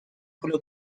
پول